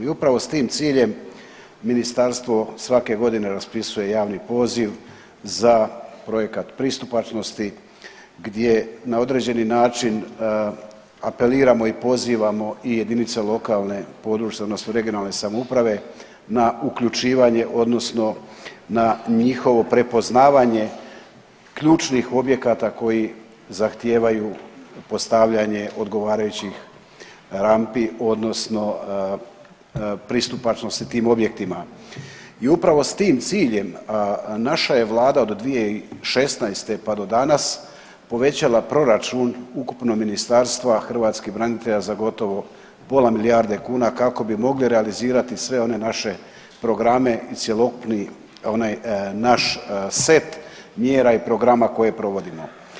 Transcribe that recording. I upravo s tim ciljem ministarstvo svake godine raspisuje javni poziv za projekat pristupačnosti gdje na određeni način apeliramo i pozivamo i jedinice lokalne i područne odnosno regionalne samouprave na uključivanje odnosno na njihovo prepoznavanje ključnih objekata koji zahtijevaju postavljanje odgovarajućih rampi odnosno pristupačnosti tim objektima i upravo s tim ciljem naša je vlada od 2016., pa do danas povećala proračun ukupno Ministarstva hrvatskih branitelja za gotovo pola milijarde kuna kako bi mogli realizirati sve one naše programe i cjelokupni onaj naš set mjera i programa koje provodimo.